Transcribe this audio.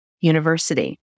University